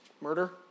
Murder